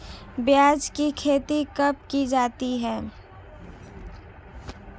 प्याज़ की खेती कब की जाती है?